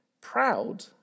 proud